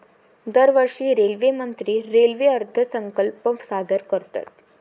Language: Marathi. दरवर्षी रेल्वेमंत्री रेल्वे अर्थसंकल्प सादर करतत